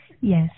Yes